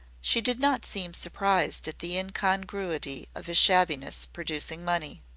she did not seem surprised at the incongruity of his shabbiness producing money.